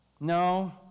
No